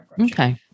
okay